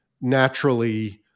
naturally